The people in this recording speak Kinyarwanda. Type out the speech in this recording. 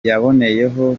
yaboneyeho